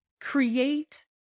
Create